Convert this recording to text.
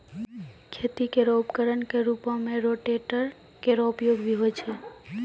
खेती केरो उपकरण क रूपों में रोटेटर केरो उपयोग भी होय छै